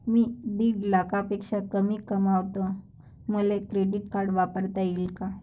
मी दीड लाखापेक्षा कमी कमवतो, मले क्रेडिट कार्ड वापरता येईन का?